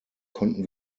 konnten